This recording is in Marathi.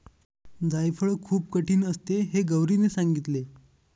जायफळ खूप कठीण असते हे गौरीने सांगितले